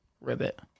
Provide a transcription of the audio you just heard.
Ribbit